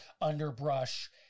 underbrush